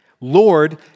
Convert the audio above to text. Lord